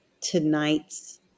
tonight's